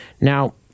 Now